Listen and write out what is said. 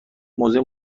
موضوع